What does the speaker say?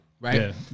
Right